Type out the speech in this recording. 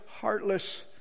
heartless